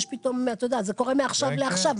זה קורה מעכשיו לעכשיו.